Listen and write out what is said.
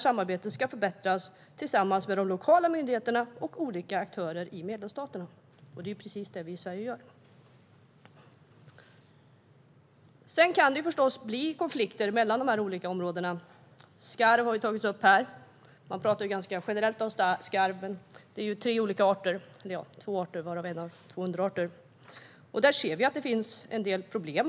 Samarbetet ska förbättras tillsammans med de lokala myndigheterna och olika aktörer i medlemsstaterna. Det är precis det vi i Sverige gör. Sedan kan det förstås bli konflikter mellan de olika områdena. Skarv har tagits upp här. Man pratar ganska generellt om skarven. Det är tre olika arter - eller egentligen två, varav en har två underarter. Där ser vi att det finns en del problem.